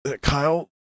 kyle